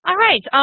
um right, so